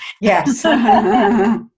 Yes